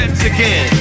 again